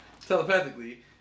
telepathically